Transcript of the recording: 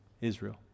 Israel